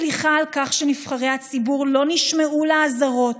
סליחה על כך שנבחרי הציבור לא נשמעו לאזהרות,